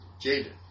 Jaden